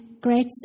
great